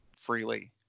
freely